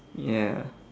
ya